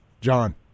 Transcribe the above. John